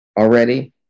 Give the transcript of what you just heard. already